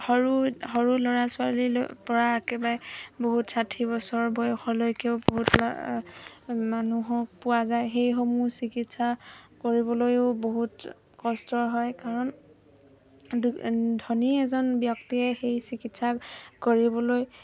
সৰু সৰু ল'ৰা ছোৱালীলৈ পৰা একেবাৰে বহুত ষাঠি বছৰ বয়সলৈকেও বহুত ল মানুহক পোৱা যায় সেইসমূহ চিকিৎসা কৰিবলৈও বহুত কষ্ট হয় কাৰণ দ ধনী এজন ব্যক্তিয়ে সেই চিকিৎসা কৰিবলৈ